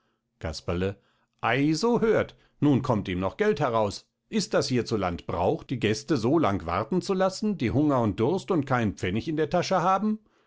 casperle ei so hört nun kommt ihm noch geld heraus ist das hier zu land brauch die gäste so lang warten zu laßen die hunger und durst und keinen pfennig in der tasche haben